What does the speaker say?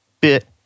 bit